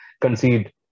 concede